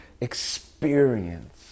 experience